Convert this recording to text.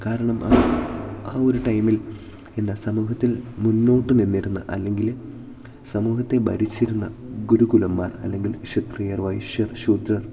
കാരണം ആ ആ ഒരു ടൈമിൽ എന്താ സമൂഹത്തിൽ മുന്നോട്ട് നിന്നിരുന്ന അല്ലെങ്കിൽ സമൂഹത്തെ ഭരിച്ചിരുന്ന ഗുരുകുലന്മാർ അല്ലെങ്കിൽ ക്ഷത്രിയർ വൈശ്യർ ശൂദ്രർ